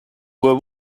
were